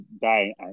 die